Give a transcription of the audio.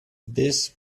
this